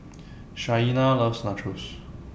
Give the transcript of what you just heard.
Shaina loves Nachos